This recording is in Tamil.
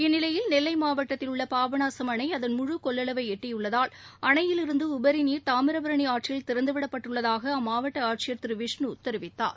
இந்நிலையில் நெல்லை மாவட்டத்தில் உள்ள பாபநாசம் அணை அதன் முழு கொள்ளளவை எட்டியுள்ளதால் அணையிலிருந்து உபரி நீர் தாமிரபரணி ஆற்றில் திறந்துவிடப்பட்டுள்ளதாக அம்மாவட்ட ஆட்சியர் திரு விஷ்ணு தெரிவித்தார்